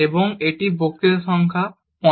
এবং এটি বক্তৃতা সংখ্যা 15